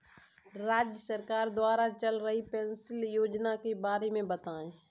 राज्य सरकार द्वारा चल रही पेंशन योजना के बारे में बताएँ?